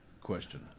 question